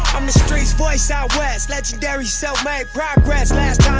i'm the street's voice out west legendary self-made progress